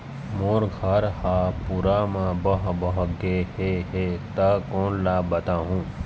मोर घर हा पूरा मा बह बह गे हे हे ता कोन ला बताहुं?